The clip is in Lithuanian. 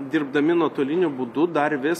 dirbdami nuotoliniu būdu dar vis